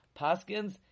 Paskins